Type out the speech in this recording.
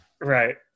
Right